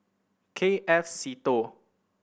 K F Seetoh